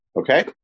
Okay